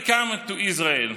Welcome to Israel.